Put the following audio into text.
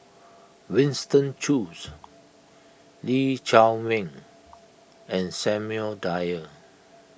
Winston Choos Lee Chiaw Meng and Samuel Dyer